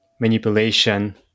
manipulation